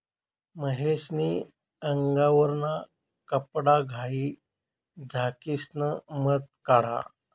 महेश नी आगवरना कपडाघाई झाकिसन मध काढा